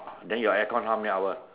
then your air con how many hour